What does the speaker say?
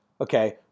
Okay